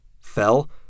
Fell